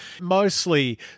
mostly